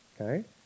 okay